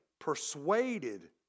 persuaded